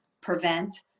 prevent